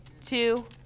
two